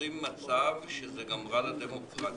יוצרים מצב שזה גם רע לדמוקרטיה.